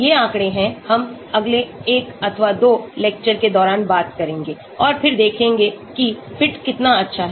ये आंकड़े हैं हम अगले एक अथवा दो लेक्चर के दौरान बात करेंगे और फिर देखेंगे कि फिट कितना अच्छा है